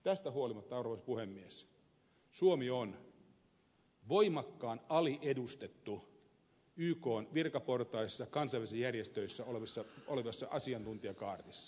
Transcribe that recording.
tästä huolimatta arvoisa puhemies suomi on voimakkaan aliedustettu ykn virkaportaissa kansainvälisissä järjestöissä olevassa asiantuntijakaartissa